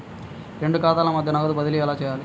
రెండు ఖాతాల మధ్య నగదు బదిలీ ఎలా చేయాలి?